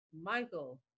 Michael